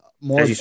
more